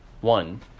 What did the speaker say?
one